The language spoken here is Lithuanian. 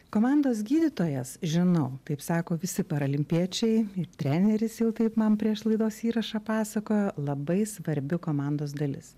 komandos gydytojas žinau taip sako visi paralimpiečiai ir treneris jau taip man prieš laidos įrašą pasakojo labai svarbi komandos dalis